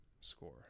score